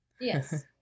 Yes